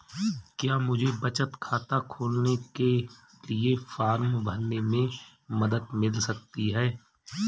क्या मुझे बचत खाता खोलने के लिए फॉर्म भरने में मदद मिल सकती है?